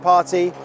Party